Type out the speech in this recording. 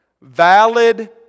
valid